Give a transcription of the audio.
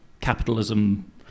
capitalism